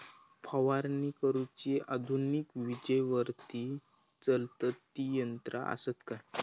फवारणी करुची आधुनिक विजेवरती चलतत ती यंत्रा आसत काय?